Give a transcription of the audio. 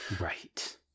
Right